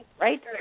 right